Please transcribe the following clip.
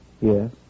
Yes